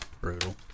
brutal